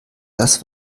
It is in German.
das